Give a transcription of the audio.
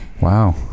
Wow